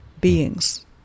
beings